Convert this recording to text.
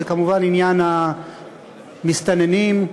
עניין המסתננים,